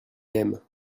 aime